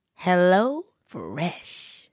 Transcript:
HelloFresh